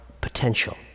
potential